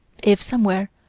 if somewhere,